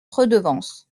redevance